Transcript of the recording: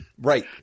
Right